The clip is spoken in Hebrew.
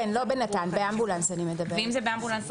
כן, לא בנט"ן, אני מדברת על אמבולנס רגיל.